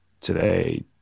Today